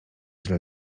źle